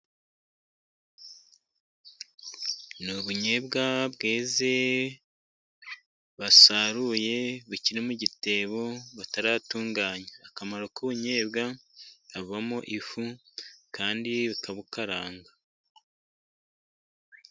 Ni ubunyebwa bweze, basaruye bukiri mu gitebo, bataratunganya. Akamaro k'ubunyebwa havamo ifu, kandi bakabukaranga.